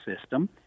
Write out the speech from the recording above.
system